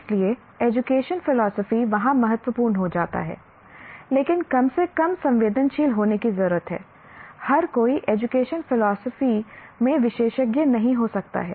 इसलिए education philosophy वहां महत्वपूर्ण हो जाता है लेकिन कम से कम संवेदनशील होने की जरूरत है हर कोई एजुकेशन फिलॉसफी में विशेषज्ञ नहीं हो सकता है